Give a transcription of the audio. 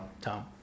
Tom